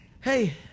Hey